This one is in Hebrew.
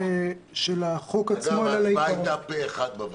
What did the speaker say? אגב, ההצבעה הייתה פה אחד בוועדה.